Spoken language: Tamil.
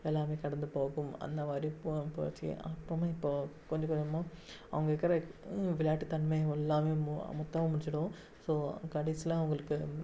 எல்லாமே கடந்து போகும் அந்த மாதிரி இப்போது போச்சு அப்பவுமே இப்போது கொஞ்சம் கொஞ்சமாக அவங்க இருக்கற விளையாட்டு தன்மையும் எல்லாமே மொ மொத்தமாக முடிச்சுரும் ஸோ கடைசியில் அவங்களுக்கு